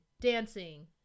Dancing